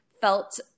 felt